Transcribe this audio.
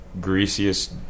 greasiest